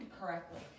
correctly